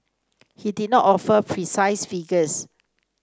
he did not offer precise figures